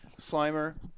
Slimer